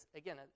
again